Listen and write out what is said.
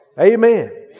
Amen